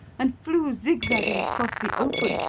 and flew zigzagging across the open,